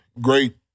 great